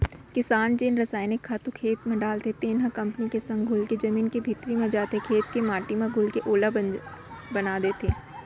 किसान जेन रसइनिक खातू खेत म डालथे तेन ह पानी के संग घुलके जमीन के भीतरी म जाथे, खेत के माटी म घुलके ओला बंजर बना देथे